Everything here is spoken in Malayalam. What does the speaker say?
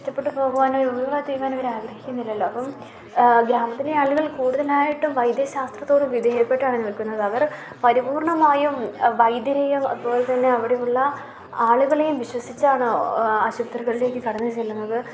നഷ്ടപ്പെട്ട് പോകുവാൻ രോഗികളായിത്തീരാൻ അവർ ആഗ്രഹിക്കുന്നില്ലല്ലോ അപ്പം ഗ്രാമത്തിലെ ആളുകൾ കൂടുതലായിട്ടും വൈദ്യശാസ്ത്രത്തോട് വിധേയപ്പെട്ടാണ് നിൽക്കുന്നത് അവർ പരിപൂർണ്ണമായും വൈദ്യരെയും അതുപോലെത്തന്നെ അവിടെയുള്ള ആളുകളെയും വിശ്വസിച്ചാണ് ആശുപത്രികളിലേക്ക് കടന്ന് ചെല്ലുന്നത്